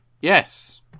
Yes